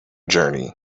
journey